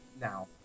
Now